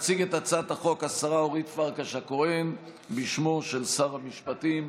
תציג את הצעת החוק השרה אורית פרקש הכהן בשמו של שר המשפטים.